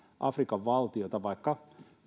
afrikan valtiota vaikka